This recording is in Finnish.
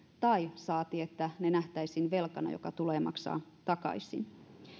tai saati että ne nähtäisiin velkana joka tulee maksaa takaisin